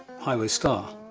highway star.